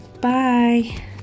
bye